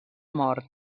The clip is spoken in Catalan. mort